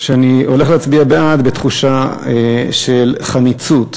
שאני הולך להצביע בעד בתחושה של חמיצות,